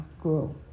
grow